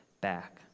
back